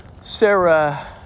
Sarah